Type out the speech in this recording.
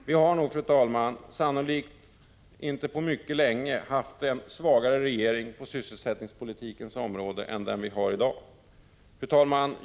Vi har sannolikt inte på mycket länge haft en svagare regering vad gäller sysselsättningspolitikens område än den vi har i dag. Fru talman!